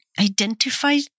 identify